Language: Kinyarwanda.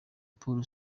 pour